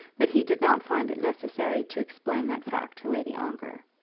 but he did not find it necessary to explain that fact to lady ongar.